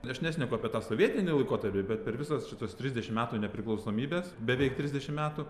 aš nešneku apie tą sovietinį laikotarpį bet per visus šituos trisdešim metų nepriklausomybės beveik trisdešim metų